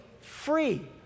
free